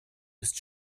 ist